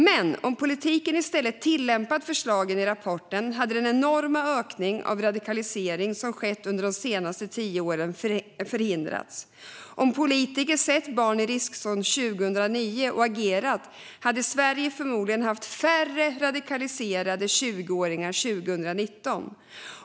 Men om politiken i stället tillämpat förslagen i rapporten hade den enorma ökning av radikalisering som skett under de senaste tio åren förhindrats. Om politiker hade sett barnen i riskzonen 2009 och agerat hade Sverige förmodligen haft färre radikaliserade 20åringar 2019.